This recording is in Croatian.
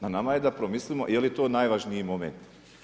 Na nama je da promislimo jeli to najvažniji moment.